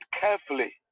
carefully